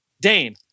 dane